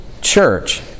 church